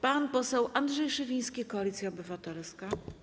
Pan poseł Andrzej Szewiński, Koalicja Obywatelska.